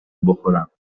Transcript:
بخورم